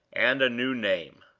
and a new name.